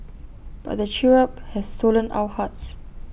but the cherub has stolen our hearts